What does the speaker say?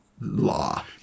Law